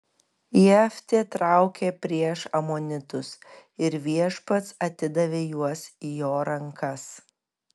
jeftė traukė prieš amonitus ir viešpats atidavė juos į jo rankas